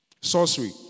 Sorcery